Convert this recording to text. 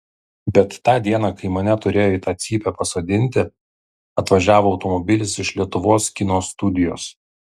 bet tą dieną kai mane turėjo į tą cypę pasodinti atvažiavo automobilis iš lietuvos kino studijos